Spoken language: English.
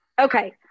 Okay